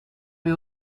you